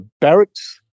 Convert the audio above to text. barracks